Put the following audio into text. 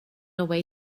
away